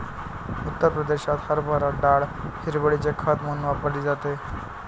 उत्तर प्रदेशात हरभरा डाळ हिरवळीचे खत म्हणून वापरली जाते